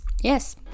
Yes